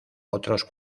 otros